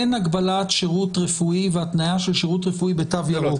אין הגבלת שירות רפואי והתניה של שירות רפואי בתו ירוק.